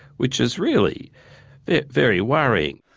which is really very worrying.